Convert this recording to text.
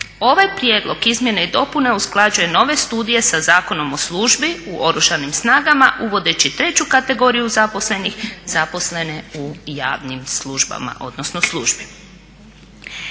Ovaj prijedlog izmjena i dopuna usklađuje nove studije sa Zakonom o službi u Oružanim snagama uvodeći treću kategoriju zaposlenih zaposlene u javnim službama, odnosno službi.